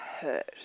hurt